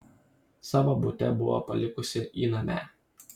savo bute buvo palikusi įnamę